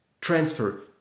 transfer